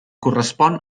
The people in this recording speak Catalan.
correspon